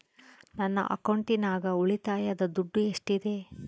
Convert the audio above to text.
ನನ್ನ ಅಕೌಂಟಿನಾಗ ಉಳಿತಾಯದ ದುಡ್ಡು ಎಷ್ಟಿದೆ?